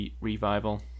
revival